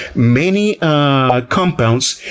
many compounds,